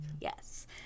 Yes